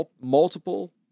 multiple